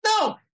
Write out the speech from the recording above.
No